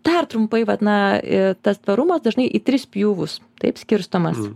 dar trumpai vat na ir tas tvarumas dažnai į tris pjūvus taip skirstomas